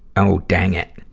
oh, dang it.